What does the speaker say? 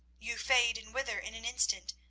you fade and wither in an instant,